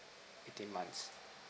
eighteen months